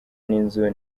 n’inzu